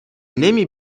نمی